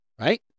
right